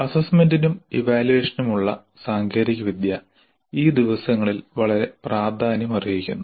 അസസ്മെന്റിനും ഇവാല്യുവേഷനുമുള്ള സാങ്കേതികവിദ്യ ഈ ദിവസങ്ങളിൽ വളരെ പ്രാധാന്യം അർഹിക്കുന്നു